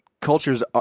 cultures